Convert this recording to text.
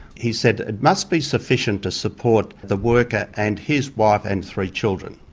he said it must be sufficient to support the worker and his wife and three children.